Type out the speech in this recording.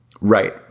Right